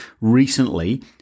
recently